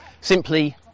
simply